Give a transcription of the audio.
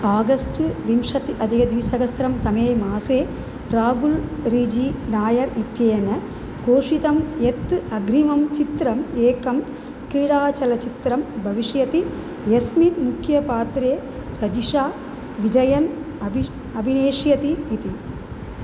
August विंशतिः अधिकद्विसहस्रतमे मासे रागुलरीजिनायर् इत्येन घोषितं यत् अग्रिमं चित्रम् एकं क्रीडाचलचित्रं भविष्यति यस्मिन् मुख्यपात्रे रजिशाविजयन् अपि अभिनेश्यति इति